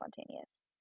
spontaneous